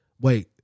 wait